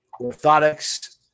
orthotics